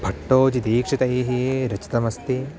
भट्टोजि दीक्षितैः रचितमस्ति